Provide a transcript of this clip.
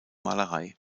malerei